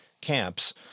camps